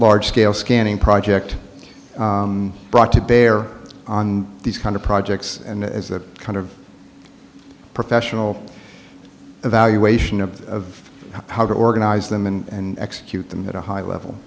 large scale scanning project brought to bear on these kind of projects and that kind of professional evaluation of how to organize them and execute them that a high level